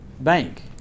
Bank